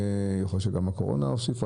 יכול להיות שהקורונה גם הוסיפה,